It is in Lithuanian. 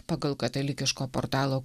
pagal katalikiško portalo